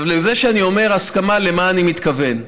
זה שאני אומר הסכמה, למה אני מתכוון?